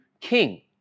king